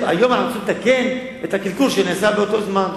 היום אנחנו צריכים לתקן את הקלקול שנעשה באותו זמן.